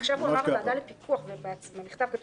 עכשיו הוא אמר הוועדה לפיקוח ובמכתב כתוב